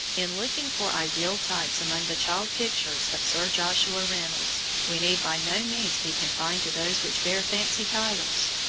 in looking for ideal types among the child-pictures of sir joshua reynolds, we need by no means be confined to those which bear fancy titles.